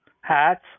hats